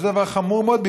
וזה דבר חמור מאוד,